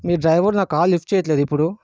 మీ driver నా call lift చెయ్యట్లేదు ఇప్పుడు